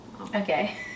Okay